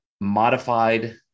modified